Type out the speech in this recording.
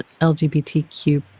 LGBTQ